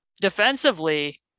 defensively